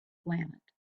planet